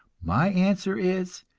my answer is,